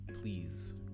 please